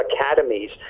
academies